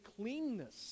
cleanness